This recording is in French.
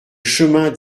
chemin